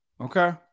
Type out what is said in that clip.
Okay